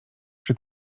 przy